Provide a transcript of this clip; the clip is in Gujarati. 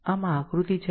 આમ આ આકૃતિ છે